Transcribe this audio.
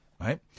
Right